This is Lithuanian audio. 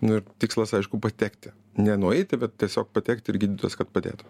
nu ir tikslas aišku patekti ne nueiti bet tiesiog patekti ir gydytojas kad padėtų